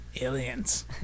Aliens